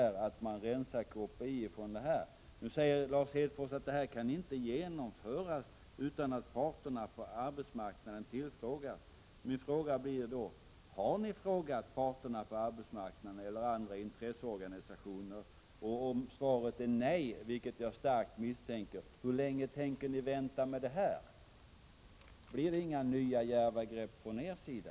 Lars Hedfors säger nu att detta inte kan genomföras utan att parterna på arbetsmarknaden tillfrågas. Min fråga blir då: Har ni frågat parterna på arbetsmarknaden eller andra intresseorganisationer? Om svaret är nej, vilket jag starkt misstänker, undrar jag: Hur länge tänker ni vänta med det? Blir det inga nya, djärva grepp från er sida?